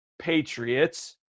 Patriots